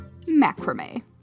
Macrame